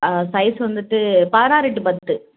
ஆ size வந்துவிட்டு பதினாறு into பத்து